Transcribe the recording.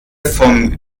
vom